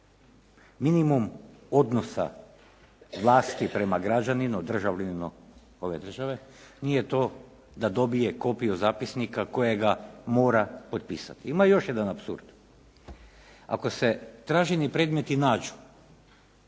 minimum odnosa vlasti prema građaninu, državljaninu ove države nije to da dobije kopiju zapisnika kojega mora potpisati. Ima još jedan apsurd. Ako se traženi predmeti nađu